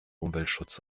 umweltschutz